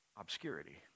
obscurity